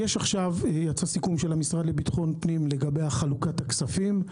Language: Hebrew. יצא סיכום של המשרד לביטחון פנים לגבי חלוקת הכספים.